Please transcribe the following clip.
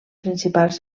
principals